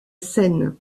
seine